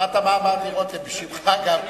שמעת מה אמרתי, רותם, בשמך גם כן.